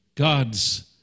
God's